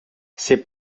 ces